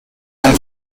and